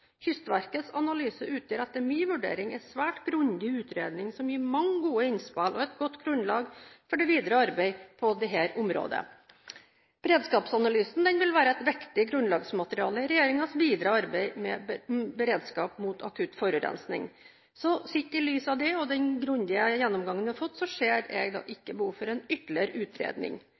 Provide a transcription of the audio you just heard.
Kystverkets analyse utgjør etter min vurdering en svært grundig utredning som gir mange gode innspill og et godt grunnlag for det videre arbeidet på dette området. Beredskapsanalysen vil være et viktig grunnlagsmateriale i regjeringens videre arbeid med beredskap mot akutt forurensning. Sett i lys av det og den grundige gjennomgangen vi har fått, ser jeg ikke behov for en ytterligere utredning.